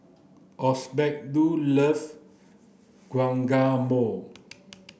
Osbaldo love Guacamole